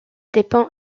dépend